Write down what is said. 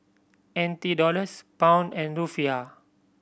N T Dollars Pound and Rufiyaa